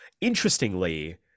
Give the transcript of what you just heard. interestingly